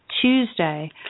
Tuesday